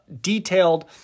detailed